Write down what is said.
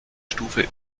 stufe